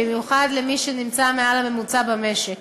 במיוחד למי שנמצאת מעל הממוצע במשק.